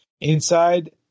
Inside